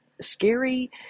scary